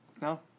No